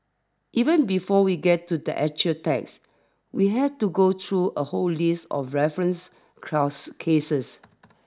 even before we get to the actual text we have to go through a whole list of referenced cross cases